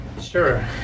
Sure